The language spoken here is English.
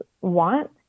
want